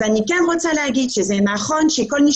אז אני כן רוצה להגיד שזה נכון שכל מי